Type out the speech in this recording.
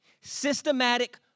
Systematic